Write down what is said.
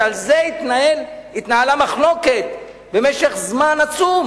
שעל זה התנהלה מחלוקת במשך זמן עצום,